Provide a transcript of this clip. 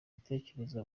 ibitekerezo